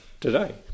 today